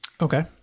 Okay